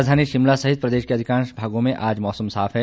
राजधानी शिमला सहित प्रदेश के अधिकांश भागों में आज मौसम साफ है